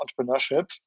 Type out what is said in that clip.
entrepreneurship